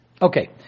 Okay